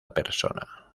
persona